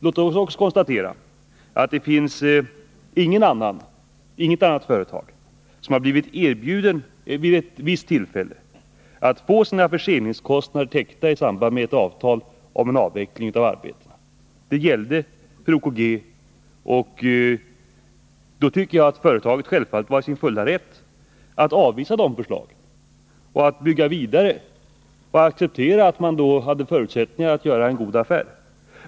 Låt oss vidare konstatera, att det inte finns något annat företag som vid visst tillfälle har blivit erbjudet att få sina förseningskostnader täckta i samband med ett avtal om avveckling av arbetet. Detta gällde för OKG. Jag tycker att företaget självfallet var i sin fulla rätt att avvisa det erbjudandet och istället bygga vidare i tron att man hade förutsättningar att göra en god affär.